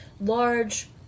large